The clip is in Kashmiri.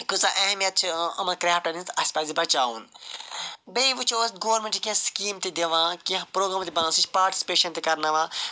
کٕژاہ اہمیت چھِ یِمن کرٛیفٹن ہٕنٛز اَسہِ پَزِ بچاوُن بیٚیہِ وُچھو أسۍ گورمِنٛٹ چھِ کیٚنٛہہ سِکیٖم تہِ دِوان کیٚنٛہہ پرٛوگرام تہِ بناوان سُہ چھُ پاٹِسپیٚشن تہِ کَرناوان